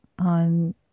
on